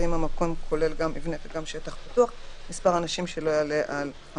למעט אנשים הגרים באותו